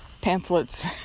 pamphlets